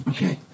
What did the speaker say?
Okay